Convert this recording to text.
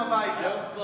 את לא